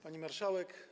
Pani Marszałek!